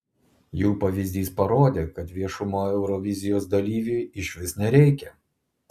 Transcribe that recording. jų pavyzdys parodė kad viešumo eurovizijos dalyviui išvis nereikia